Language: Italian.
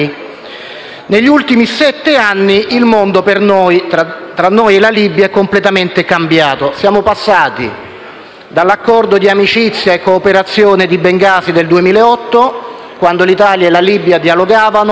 Negli ultimi sette anni i rapporti tra noi e la Libia sono completamente cambiati: siamo passati dall'Accordo di amicizia e cooperazione di Bengasi del 2008, quando l'Italia e la Libia dialogavano